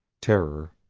terror,